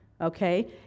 okay